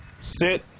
sit